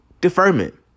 deferment